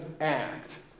act